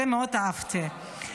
את זה אהבתי מאוד,